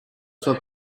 sua